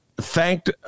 thanked